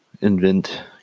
invent